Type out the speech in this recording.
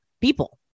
people